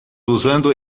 usando